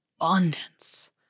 abundance